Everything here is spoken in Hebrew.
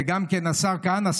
וגם השר כהנא,